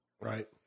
Right